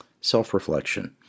self-reflection